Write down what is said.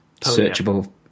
searchable